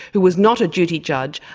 who was not a duty judge,